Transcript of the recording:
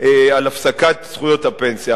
על הפסקת זכויות הפנסיה.